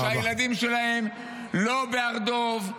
-- שהילדים שלהם לא בהר דב,